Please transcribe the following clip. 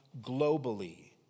globally